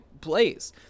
plays